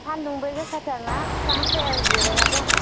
सान्दुंबो गोसाथार ना फिफां सायायाव जिरायना दङ